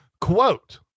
quote